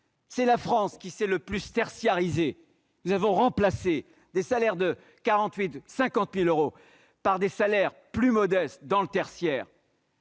est celui qui s'est le plus tertiarisé. Nous avons remplacé des salaires de 48 000 ou 50 000 euros par des salaires plus modestes dans le tertiaire.